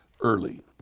early